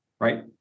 right